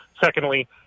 Secondly